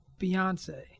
Beyonce